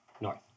north